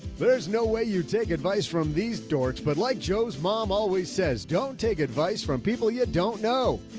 there's no way you take advice from these dorks, but like joe's mom always says, don't take advice from people you don't know.